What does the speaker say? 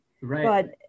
Right